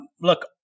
Look